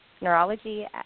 neurology